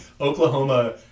Oklahoma